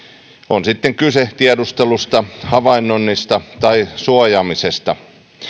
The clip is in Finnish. on sitten kyse tiedustelusta havainnoinnista tai suojaamisesta